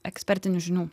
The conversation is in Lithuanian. ekspertinių žinių